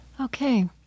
Okay